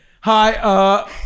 hi